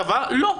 קבע לא,